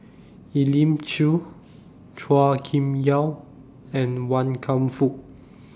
Elim Chew Chua Kim Yeow and Wan Kam Fook